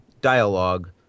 dialogue